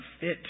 fit